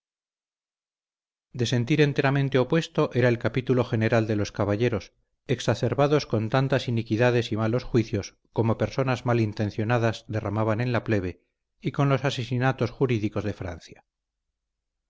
sentir enteramente opuesto era el capítulo general de los caballeros exacerbados con tantas iniquidades y malos juicios como personas mal intencionadas derramaban en la plebe y con los asesinatos jurídicos de francia